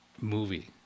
movie